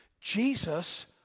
Jesus